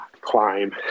climb